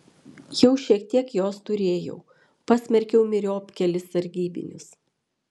jau šiek tiek jos turėjau pasmerkiau myriop kelis sargybinius